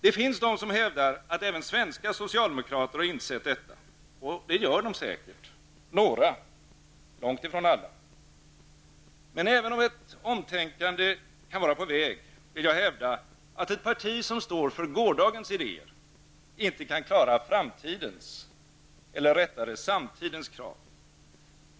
Det finns de som hävdar att även svenska socialdemokrater har insett detta. Och det gör de säkert -- några, långtifrån alla. Men även om ett omtänkande kan vara på väg, vill jag hävda att ett parti som står för gårdagens idéer inte kan klara framtidens, eller rättare samtidens, krav.